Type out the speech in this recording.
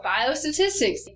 biostatistics